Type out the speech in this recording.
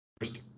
first